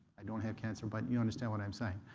i don't have cancer, but you understand what i'm saying.